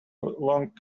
long